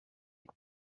est